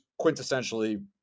quintessentially